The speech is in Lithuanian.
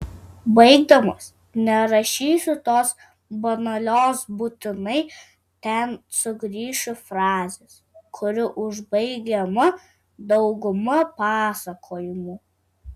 baigdamas nerašysiu tos banalios būtinai ten sugrįšiu frazės kuri užbaigia daugumą pasakojimų